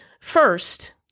First